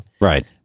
right